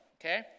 okay